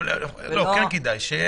כן כדאי.